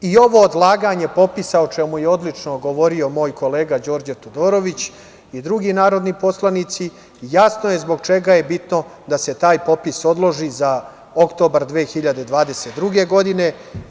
I ovo odlaganje popisa, o čemu je odlično govorio moj kolega Đorđe Todorović i drugi narodni poslanici jasno je zbog čega je bitno da se taj popis odloži za oktobar 2022. godine.